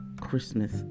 Christmas